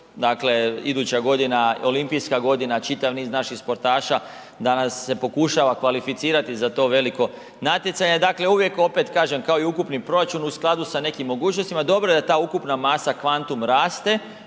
dakle, iduća godina, olimpijska godina čitav niz naših sportaša danas se pokušava kvalificirati za to veliko natjecanje. Dakle, uvijek opet kažem kao i ukupni proračun u skladu sa nekim mogućnostima dobro je da ta ukupna masa, kvantum raste.